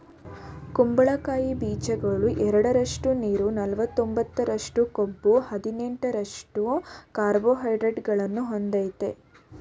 ಕುಂಬಳಕಾಯಿ ಬೀಜಗಳು ಎರಡರಷ್ಟು ನೀರು ನಲವತ್ತೊಂಬತ್ತರಷ್ಟು ಕೊಬ್ಬು ಹದಿನೈದರಷ್ಟು ಕಾರ್ಬೋಹೈಡ್ರೇಟ್ಗಳನ್ನು ಹೊಂದಯ್ತೆ